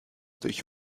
durch